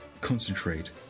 concentrate